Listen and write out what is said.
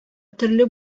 төрле